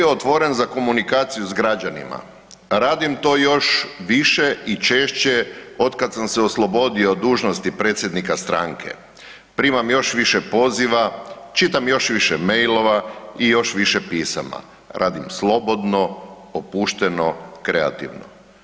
otvoren za komunikaciju s građanima, radim to još više i češće otkad sam se oslobodio dužnosti predsjednika stranke, primam još više poziva, čitam još više mailova i još više pisama, radim slobodno, opušteno, kreativno.